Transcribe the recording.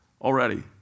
already